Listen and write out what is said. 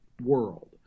world